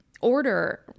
order